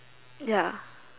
ya